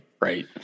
right